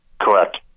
Correct